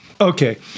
okay